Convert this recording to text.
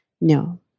No